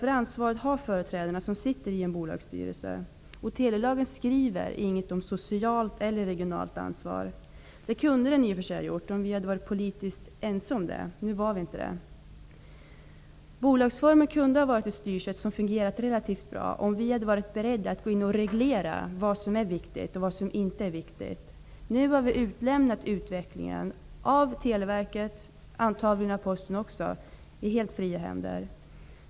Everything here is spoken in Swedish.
Det ansvaret har de företrädare som sitter i en bolagsstyrelse. I telelagen står inget om socialt eller regionalt ansvar. Det kunde det i och för sig ha stått om vi varit politiskt ense om det, men nu var vi inte det. Bolagsformen som styrsätt kunde ha fungerat relativt bra om vi hade varit beredda att reglera vad som är viktigt och vad som inte är viktigt. Nu har vi lämnat utvecklingen av Televerket och antagligen av Posten också i helt fria händer.